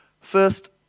first